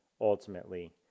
ultimately